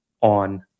on